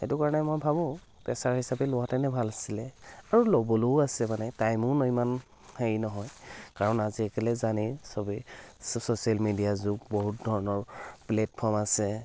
সেইটো কাৰণে মই ভাবোঁ পেছা হিচাপে লোৱাহেঁতেনে ভাল আছিলে আৰু ল'বলৈও আছে মানে টাইমো ইমান হেৰি নহয় কাৰণ আজিকালি জানেই চবেই ছ ছ'চিয়েল মিডিয়াৰ যুগ বহুত ধৰণৰ প্লেটফৰ্ম আছে